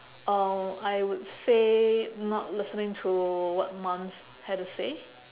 uh I would say not listening to what mums had to say